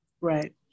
right